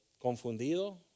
Confundido